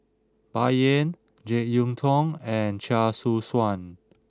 Bai Yan Jek Yeun Thong and Chia Choo Suan